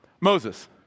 Moses